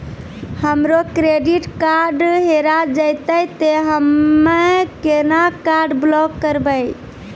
हमरो credit card हेरा जेतै ते हम्मय केना कार्ड ब्लॉक करबै?